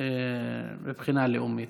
מבחינה לאומית.